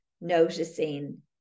noticing